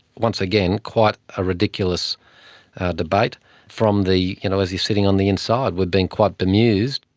once again, quite a ridiculous debate from the. you know as you're sitting on the inside, we've been quite bemused.